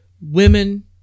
Women